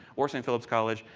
or st. philip's college,